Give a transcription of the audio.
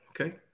Okay